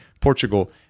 Portugal